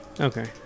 Okay